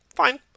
Fine